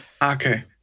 Okay